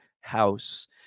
house